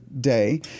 day